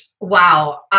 wow